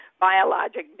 biologic